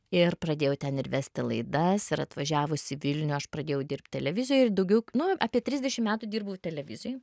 ir pradėjau ten ir vesti laidas ir atvažiavusi vilnių aš pradėjau dirbt televizijoj daugiau nu apie trisdešim metų dirbau televizijoj